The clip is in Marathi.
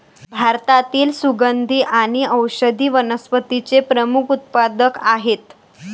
भारतातील सुगंधी आणि औषधी वनस्पतींचे प्रमुख उत्पादक आहेत